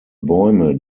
bäume